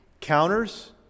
counters